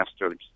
master